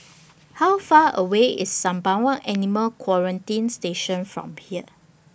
How Far away IS Sembawang Animal Quarantine Station from here